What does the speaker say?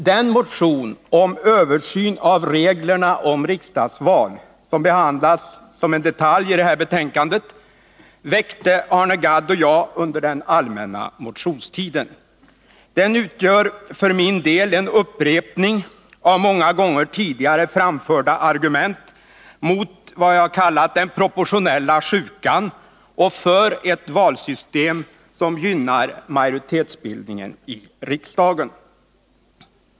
Den motion om översyn av reglerna om riksdagsval som behandlas som en detalj i det här betänkandet väckte Arne Gadd och jag under den allmänna motionstiden. Den utgör för min del en upprepning av många gånger tidigare framförda argument mot vad jag har kallat den proportionella sjukan och för ett valsystem som gynnar majoritetsbildningen i riksdagen.